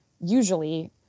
usually